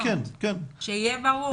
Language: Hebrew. שיהיה ברור.